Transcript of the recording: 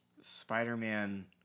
Spider-Man